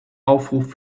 aufruf